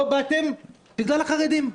לא באתם בגלל החרדים.